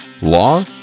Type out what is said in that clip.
Law